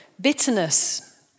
Bitterness